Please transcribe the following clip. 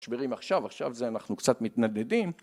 שברים עכשיו עכשיו זה אנחנו קצת מתנדדים